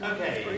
Okay